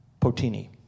Potini